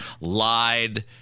lied